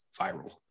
viral